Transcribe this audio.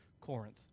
Corinth